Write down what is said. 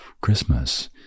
Christmas